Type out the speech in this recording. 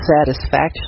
satisfaction